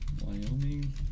Wyoming